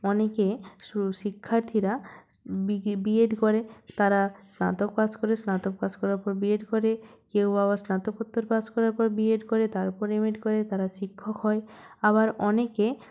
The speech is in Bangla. অনেকে শিক্ষার্থীরা বি গে বি এড করে তারা স্নাতক পাশ করে স্নাতক পাশ করার পর বি এড করে কেউ আবার স্নাতকোত্তর পাশ করার পর বি এড করে তারপর এম এড করে তারা শিক্ষক হয় আবার অনেকে